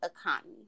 economy